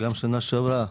גם בשנה שעברה.